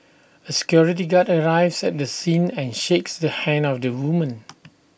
A security guard arrives at the scene and shakes the hand of the woman